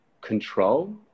control